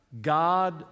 God